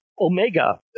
Omega